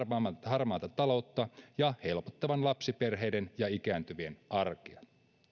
vähentävän harmaata taloutta ja helpottavan lapsiperheiden ja ikääntyvien arkea